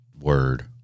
Word